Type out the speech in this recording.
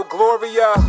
Gloria